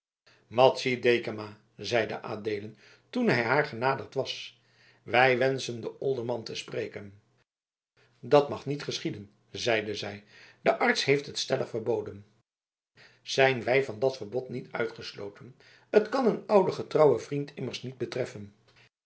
madzy dekama zeide adeelen toen hij haar genaderd was wij wenschen den olderman te spreken dat mag niet geschieden zeide zij de arts heeft het stellig verboden zijn wij van dat verbod niet uitgesloten het kan een ouden getrouwen vriend immers niet betreffen